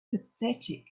pathetic